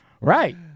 Right